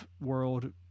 world